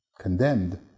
condemned